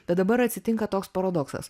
bet dabar atsitinka toks paradoksas